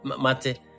Mate